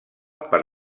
per